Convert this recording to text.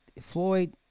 Floyd